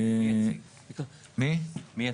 מי יציג?